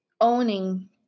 owning